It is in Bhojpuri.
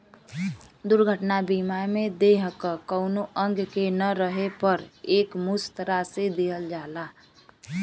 दुर्घटना बीमा में देह क कउनो अंग के न रहे पर एकमुश्त राशि दिहल जाला